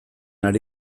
ari